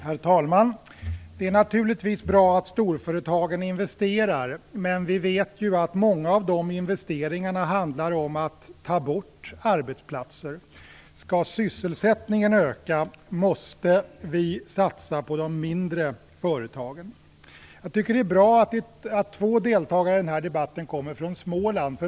Herr talman! Det är naturligtvis bra att storföretagen investerar, men vi vet att många av de investeringarna handlar om att ta bort arbetsplatser. Skall sysselsättningen öka måste vi satsa på de mindre företagen. Jag tycker att det är bra att två deltagare i denna debatt kommer från Småland.